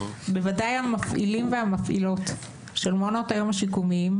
ובוודאי המפעילים והמפעילות של מעונות היום השיקומיים,